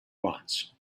wants